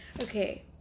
okay